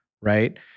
right